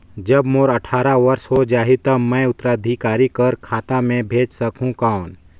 जब मोर अट्ठारह वर्ष हो जाहि ता मैं उत्तराधिकारी कर खाता मे भेज सकहुं कौन?